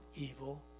evil